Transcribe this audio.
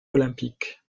olympique